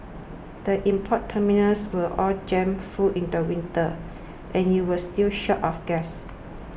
the import terminals were all jammed full in the winter and you were still short of gas